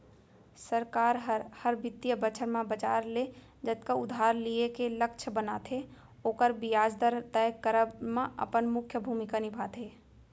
सरकार हर, हर बित्तीय बछर म बजार ले जतका उधार लिये के लक्छ बनाथे ओकर बियाज दर तय करब म अपन मुख्य भूमिका निभाथे